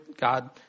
God